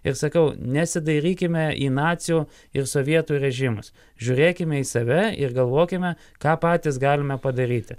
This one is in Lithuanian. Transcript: ir sakau nesidairykime į nacių ir sovietų režimus žiūrėkime į save ir galvokime ką patys galime padaryti